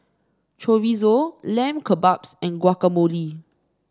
Chorizo Lamb Kebabs and Guacamole